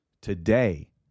today